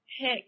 pick